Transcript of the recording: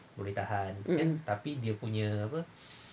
mmhmm